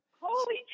Holy